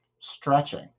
stretching